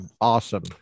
awesome